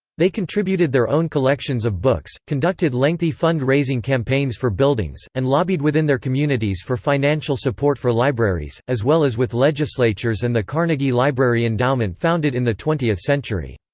they contributed their own collections of books, conducted lengthy fund raising campaigns for buildings, and lobbied within their communities for financial support for libraries, as well as with legislatures and the carnegie library endowment founded in the twentieth century.